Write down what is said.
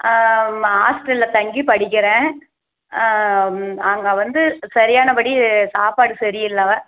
ஹாஸ்டலில் தங்கி படிக்கிறேன் அங்கே வந்து சரியானபடி சாப்பாடு சரியில்லை